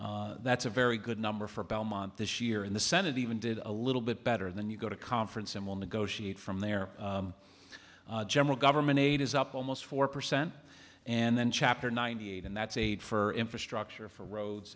but that's a very good number for belmont this year in the senate even did a little bit better than you go to conference and we'll negotiate from there general government aid is up almost four percent and then chapter ninety eight and that's aid for infrastructure for roads